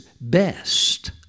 best